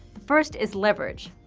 first is leverage,